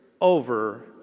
over